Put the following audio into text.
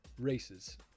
races